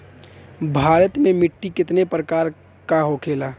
भारत में मिट्टी कितने प्रकार का होखे ला?